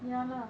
ya lah